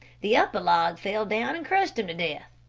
the upper log fell down and crushed him to death.